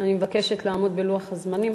אני מבקשת לעמוד בלוח הזמנים.